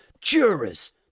jurors